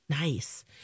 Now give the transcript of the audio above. Nice